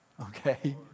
okay